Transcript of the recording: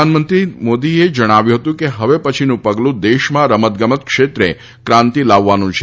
પ્રધાનમંત્રી મોદીએ જણાવ્યું હતુંક હવે પછીનું પગલું દેશમાં રમત ગમત ક્ષેત્રે ક્રાંતિ લાવવાનું છે